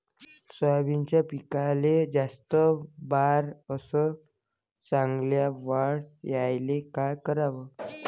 सोयाबीनच्या पिकाले जास्त बार अस चांगल्या वाढ यायले का कराव?